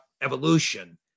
evolution